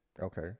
Okay